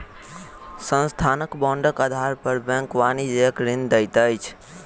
संस्थानक बांडक आधार पर बैंक वाणिज्यक ऋण दैत अछि